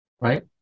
right